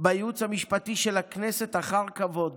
בייעוץ המשפטי של הכנסת אחר כבוד